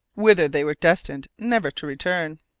whither they were destined never to return.